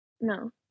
No